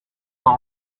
par